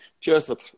Joseph